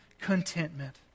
contentment